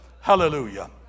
Hallelujah